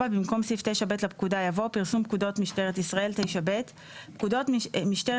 4. במקום סעיף 9ב לפקודה יבוא: 9ב. פקודות משטרת